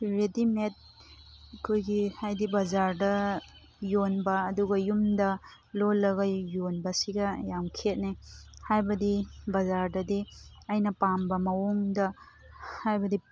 ready ꯃꯦꯗ ꯑꯩꯈꯣꯏꯒꯤ ꯍꯥꯏꯗꯤ ꯕꯖꯥꯔꯗ ꯌꯣꯟꯕ ꯑꯗꯨꯒ ꯌꯨꯝꯗ ꯂꯣꯜꯂꯒ ꯌꯣꯟꯕꯁꯤꯒ ꯌꯥꯝ ꯈꯦꯠꯅꯩ ꯍꯥꯏꯕꯗꯤ ꯕꯖꯥꯔꯗꯗꯤ ꯑꯩꯅ ꯄꯥꯝꯕ ꯃꯑꯣꯡꯗ ꯍꯥꯏꯕꯗꯤ